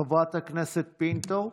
חברת הכנסת פינטו,